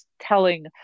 telling